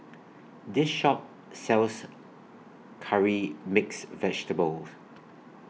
This Shop sells Curry Mixed Vegetables